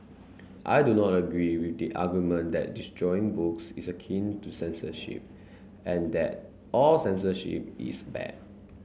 I do not agree with the argument that destroying books is akin to censorship and that all censorship is bad